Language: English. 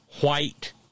white